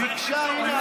ביקשה, הינה.